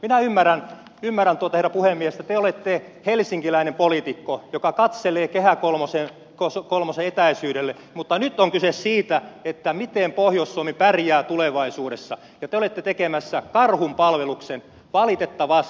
minä ymmärrän herra puhemies että te olette helsinkiläinen poliitikko joka katselee kehä kolmosen etäisyydelle mutta nyt on kyse siitä miten pohjois suomi pärjää tulevaisuudessa ja te olette tekemässä karhunpalveluksen valitettavasti